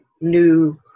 new